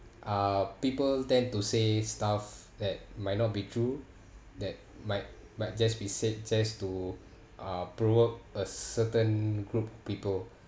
uh people tend to say stuff that might not be true that might might just be said just to uh provoke a certain group people